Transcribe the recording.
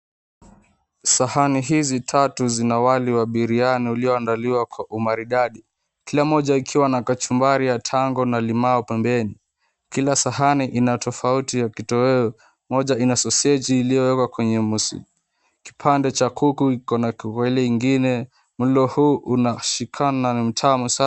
Sahani hizi tatu zina wali wa biriani ulioandaliwa kwa umaridadi, kila moja akiwa na kachumbari ya tango na limao pembeni. Kila sahani ina tofauti ya kitoweo, moja ina soseji iliyowekwa kwenye kipande cha kuku iko kwa ile ingine. Mlo huu unashikana ni mtamu sana.